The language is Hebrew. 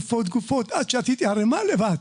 גופות, גופות, עד שעשיתי ערימה לבד.